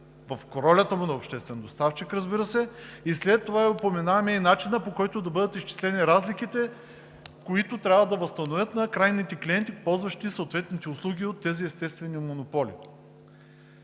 в ролята му на обществен доставчик, разбира се, и след това упоменаваме и начина, по който да бъдат изчислени разликите, които трябва да възстановят на крайните клиенти, ползващи съответните услуги от тези естествени монополи.